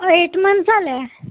हो eight month झाले आहे